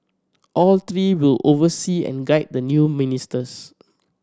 all three will oversee and guide the new ministers